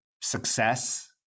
success